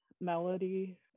Melody